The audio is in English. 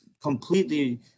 completely